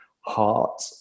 heart